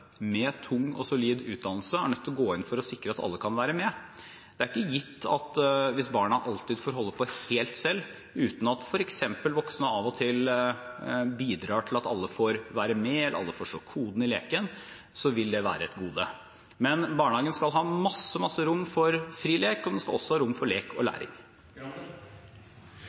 med tung og solid utdannelse er nødt til å gå inn og sikre at alle kan være med. Det er ikke gitt at hvis barna alltid får holde på helt selv, uten at f.eks. voksne av og til bidrar til at alle får være med, eller at alle forstår kodene i leken, så vil det være et gode. Men barnehagen skal ha masse rom for fri lek, og også rom for lek og læring. Vi er helt enige om at selvsagt skal det ligge mye læring